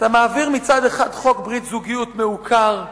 אתה מעביר מצד אחד חוק ברית זוגיות מעוקר,